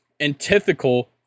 antithetical